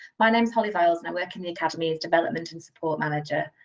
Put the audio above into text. my name is holly viles and i work in the academy as development and support manager.